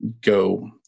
go